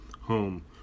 home